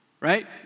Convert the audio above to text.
right